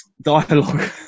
dialogue